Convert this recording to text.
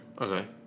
okay